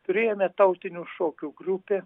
priėmė tautinių šokių grupė